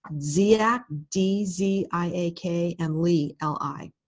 dziak, d z i a k, and li, l i.